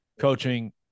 coaching